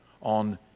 on